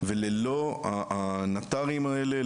וללא הנט"רים האלה,